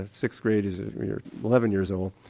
sixth grade is eleven years old,